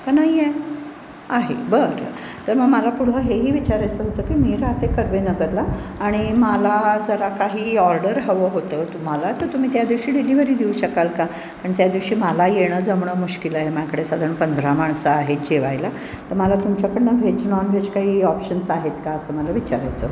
का नाही आहे आहे बरं तर मग मला पुढं हेही विचारायचं होतं की मी राहते कर्वेनगरला आणि मला जरा काही ऑर्डर हवं होतं तुम्हाला तर तुम्ही त्या दिवशी डिलिव्हरी देऊ शकाल का कारण त्या दिवशी मला येणं जमणं मुश्किल आहे माझ्याकडे साधारण पंधरा माणसं आहेत जेवायला तर मला तुमच्याकडनं व्हेज नॉनव्हेज काही ऑप्शन्स आहेत का असं मला विचारायचं होतं